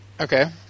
Okay